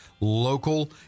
local